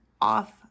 off